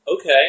Okay